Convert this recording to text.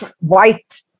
white